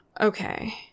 okay